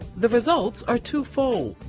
the results are two-fold.